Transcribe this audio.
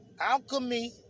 alchemy